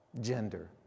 gender